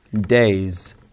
days